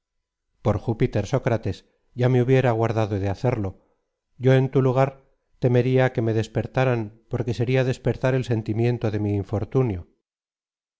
por júpiter sócrates ya me hubiera guardado de hacerlo yo en tu lugar temería que me despertaran porque seria despertar el sentimiento de mi infortunio